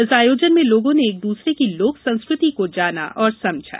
इस आयोजन में लोगों ने एक दूसरे की लोक संस्कृ ति को जाना समझा